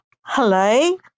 Hello